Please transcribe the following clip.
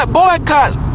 boycott